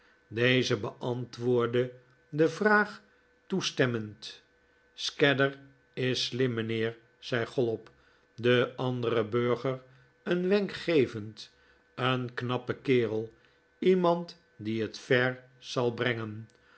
deze beantwoordde de vraag toestemmend scadder is slim mijnheer zei chollop den anderen burger een wenk gevend een knappe kerel lemand die het ver zal brengen